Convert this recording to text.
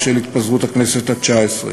בשל התפזרות הכנסת התשע-עשרה.